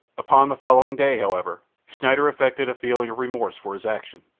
upon the following day, however, schneider affected a feeling of remorse for his action,